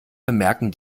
bemerken